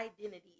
identity